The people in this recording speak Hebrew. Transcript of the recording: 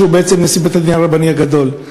שהוא בעצם נשיא בית-הדין הרבני הגדול.